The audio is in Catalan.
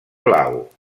blau